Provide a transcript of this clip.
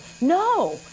No